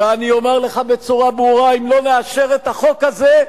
ואני אומר לך בצורה ברורה: אם לא נאשר את החוק הזה,